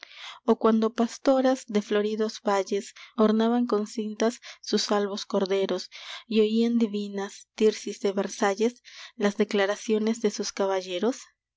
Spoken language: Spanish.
o cuando pastoras de floridos valles ornaban con cintas sus albos corderos y oían divinas tirsis de versalles las declaraciones de sus caballeros